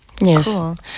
Yes